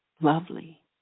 lovely